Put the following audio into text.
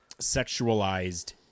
sexualized